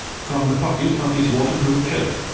from the pocket of his waterproof coat,